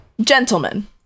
Gentlemen